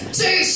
two